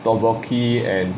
tteokbokki and